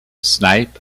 snipe